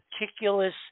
meticulous